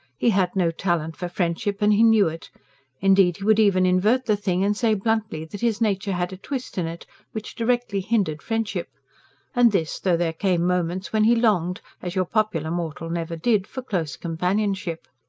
he had no talent for friendship, and he knew it indeed, he would even invert the thing, and say bluntly that his nature had a twist in it which directly hindered friendship and this, though there came moments when he longed, as your popular mortal never did, for close companionship.